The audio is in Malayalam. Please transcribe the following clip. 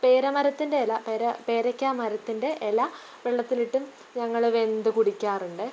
പേരമരത്തിൻ്റെ ഇല പേരയ്ക്ക മരത്തിൻ്റെ ഇല വെള്ളത്തിലിട്ടും ഞങ്ങൾ വെന്ത് കുടിക്കാറുണ്ട്